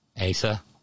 Asa